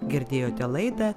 girdėjote laidą